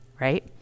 right